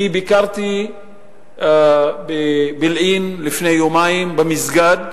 אני ביקרתי בבילעין לפני יומיים, במסגד,